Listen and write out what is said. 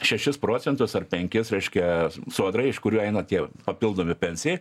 šešis procentus ar penkis reiškia sodrai iš kurių eina tie papildomi pensijai